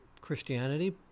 christianity